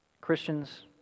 Christians